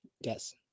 Yes